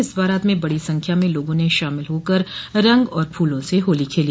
इस बारात में बड़ी संख्या में लोगों ने शामिल होकर रंग और फूलों से होली खेली